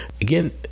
Again